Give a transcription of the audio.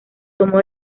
tomó